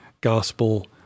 gospel